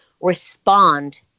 respond